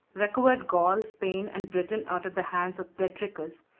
recovered gaul, spain, and britain out of the hands of tetricus,